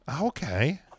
Okay